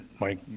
Mike